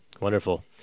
Wonderful